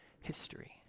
history